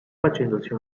facendosi